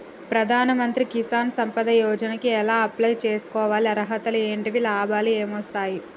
ప్రధాన మంత్రి కిసాన్ సంపద యోజన కి ఎలా అప్లయ్ చేసుకోవాలి? అర్హతలు ఏంటివి? లాభాలు ఏమొస్తాయి?